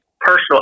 personal